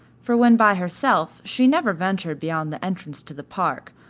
for when by herself she never ventured beyond the entrance to the park,